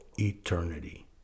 eternity